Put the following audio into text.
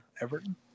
Everton